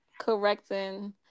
correcting